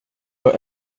jag